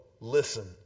listen